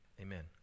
amen